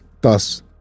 thus